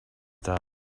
stuff